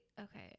okay